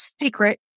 secret